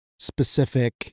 specific